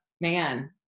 man